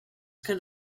kind